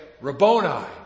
Rabboni